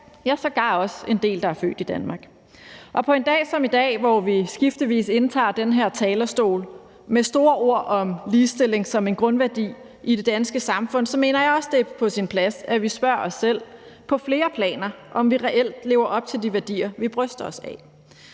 ja, sågar også en del, der er født i Danmark. På en dag som i dag, hvor vi skiftevis indtager den her talerstol med store ord om ligestilling som en grundværdi i det danske samfund, mener jeg også, det er på sin plads, at vi spørger os selv på flere planer, om vi reelt lever op til de værdier, vi bryster os af.